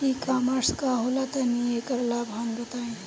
ई कॉमर्स का होला तनि एकर लाभ हानि बताई?